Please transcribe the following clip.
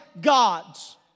gods